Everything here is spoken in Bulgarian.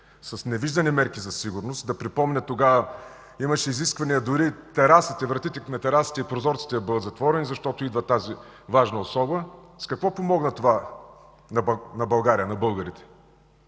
с невиждани мерки за сигурност. Да припомня, тогава имаше изисквания дори терасите, вратите на терасите и прозорците да бъдат затворени, защото идва тази важна особа. С какво помогна това на България, на българите?